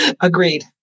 Agreed